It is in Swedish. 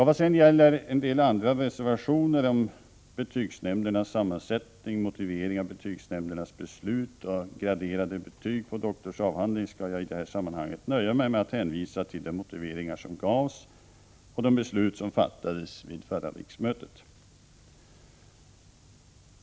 Vad gäller reservationerna om betygsnämndernas sammansättning, motivering av betygsnämndernas beslut och graderade betyg på doktorsavhandlingar skall jag i detta sammanhang nöja mig med att hänvisa till de motiveringar som gavs och de beslut som fattades vid förra riksmötet.